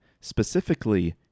specifically